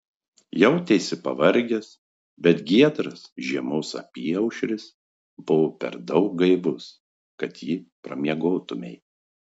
jautėsi pavargęs bet giedras žiemos apyaušris buvo per daug gaivus kad jį pramiegotumei